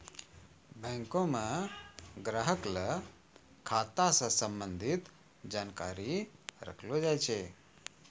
बैंको म ग्राहक ल खाता स संबंधित जानकारी रखलो जाय छै